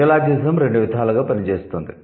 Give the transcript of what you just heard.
neologism రెండు విధాలుగా పనిచేస్తుంది